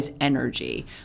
energy